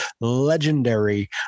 legendary